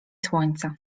słońca